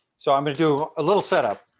so i'm going to do a little set up.